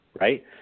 right